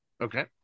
Okay